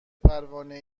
پروانه